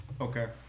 okay